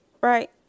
Right